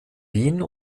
wien